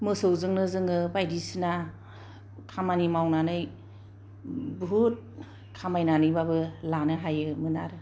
मोसौजोंनो जोङो बायदिसिना खामानि मावनानै बुहुथ खामायनानैबाबो लानो हायोमोन आरो